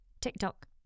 TikTok